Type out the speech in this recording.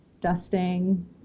dusting